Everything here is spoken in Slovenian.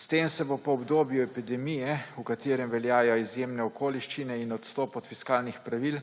S tem se bo po obdobju epidemije, v katerem veljajo izjemne okoliščine in odstop od fiskalnih pravil,